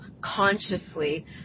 consciously